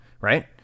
Right